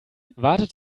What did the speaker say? wartet